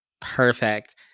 Perfect